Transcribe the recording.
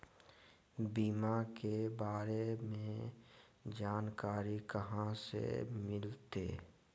बीमा के बारे में जानकारी कहा से मिलते?